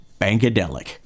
Bankadelic